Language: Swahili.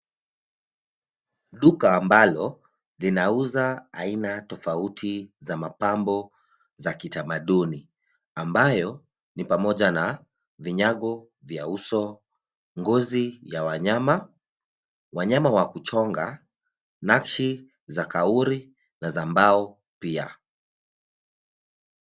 Duka ambalo linauza aina tofauti za mapambo za kitamaduni ambayo ni pamoja na vinyago vya uso ngozi ya wanyama wanyama wa kuchonga, nakshi za kauri na za mbao pia.